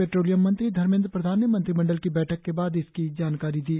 petroleum मंत्री धर्मेद्र प्रधान ने मंत्रिमंडल की बैठक के बाद इसकी जानकारी दी